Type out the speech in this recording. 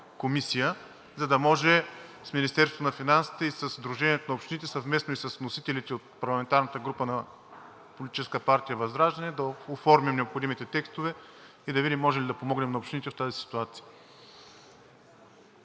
за да може с Министерството на финансите, със Сдружението на общините, съвместно и с вносителите от парламентарната група на Политическа партия ВЪЗРАЖДАНЕ да оформим необходимите текстове и да видим може ли да помогнем на общините в тази ситуация.